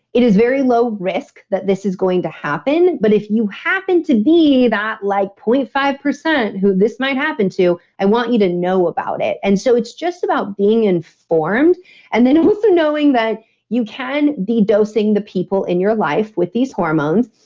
it is very low risk that this is going to happen. but if you happen to be that like zero point five zero who this might happen to, i want you to know about it. and so it's just about being informed and then also knowing that you can be dosing the people in your life with these hormones.